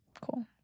cool